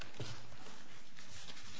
for